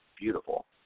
beautiful